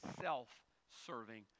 self-serving